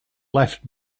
left